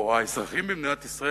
או האזרחים במדינת ישראל,